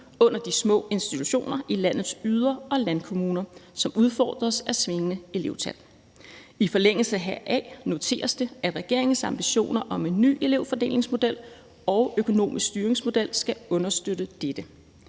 under de små institutioner i landets yder- og landkommuner, som udfordres af svingende elevtal. I forlængelse heraf noteres det, at regeringens ambitioner om en ny elevfordelingsmodel og økonomisk styringsmodel skal understøtte dette.